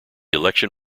election